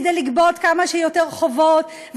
כדי לגבות כמה שיותר חובות,